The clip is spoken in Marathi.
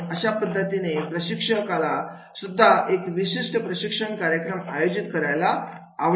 आणि अशा पद्धतीने प्रशिक्षक आला सुद्धा असा विशिष्ट प्रशिक्षण कार्यक्रम आयोजित करायला आवडत असते